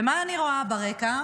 ומה אני רואה ברקע?